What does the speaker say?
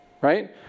right